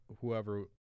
whoever